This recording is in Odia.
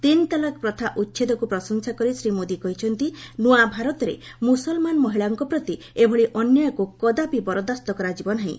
ତିନି ତଲାକ୍ ପ୍ରଥା ଉଚ୍ଛେଦକୁ ପ୍ରଶଂସା କରି ଶ୍ରୀ ମୋଦି କହିଛନ୍ତି ନୂଆ ଭାରତରେ ମୁସଲମାନ ମହିଳାଙ୍କ ପ୍ରତି ଏଭଳି ଅନ୍ୟାୟକୁ କଦାପି ବରଦାସ୍ତ କରାଯିବ ନାହିଁ